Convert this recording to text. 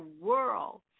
world